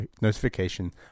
notification